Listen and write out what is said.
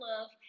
love